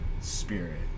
spirit